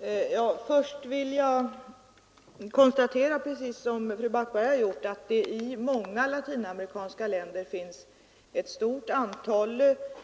Herr talman! Först vill jag konstatera, precis som fru Backberger har gjort, att det i många latinamerikanska länder finns ett stort antal